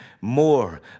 more